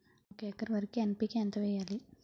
ఒక ఎకర వరికి ఎన్.పి.కే ఎంత వేయాలి?